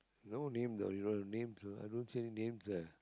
no name though they don't have names i don't see names there